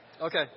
Okay